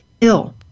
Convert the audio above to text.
ill